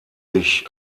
sich